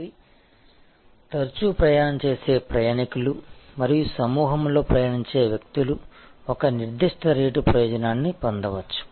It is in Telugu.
కాబట్టితరచూ ప్రయాణం చేసే ప్రయాణికులు మరియు సమూహంలో ప్రయాణించే వ్యక్తులు ఒక నిర్దిష్ట రేటు ప్రయోజనాన్ని పొందవచ్చు